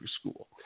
school